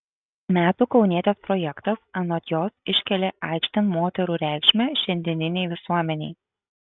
metų kaunietės projektas anot jos iškelia aikštėn moterų reikšmę šiandieninei visuomenei